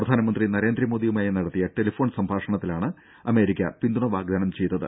പ്രധാനമന്ത്രി നരേന്ദ്രമോദിയുമായി നടത്തിയ ടെലിഫോൺ സംഭാഷണത്തിലാണ് അമേരിക്ക പിന്തുണ വാഗ്ദാനം ചെയ്തത്